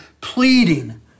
pleading